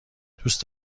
دوست